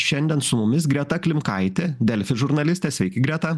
šiandien su mumis greta klimkaitė delfi žurnalistė sveiki greta